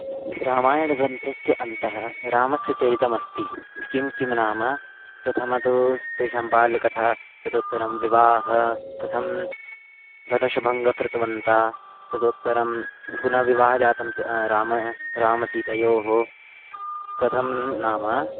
रामायणग्रन्थस्य अन्तः रामस्य चरितमस्ति किं किं नाम प्रथमं तु तेषां बाल्यकथा तदुत्तरं विवाहः कथं धनुर्भङ्गं कृतवन्तः तदुत्तरं पुनः विवाहः जातं त रामः रामसीतयोः कथं नाम